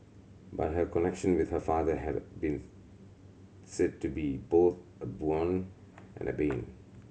but her connection with her father had been said to be both a boon and a bane